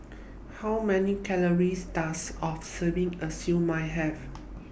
How Many Calories Does A Serving of Siew Mai Have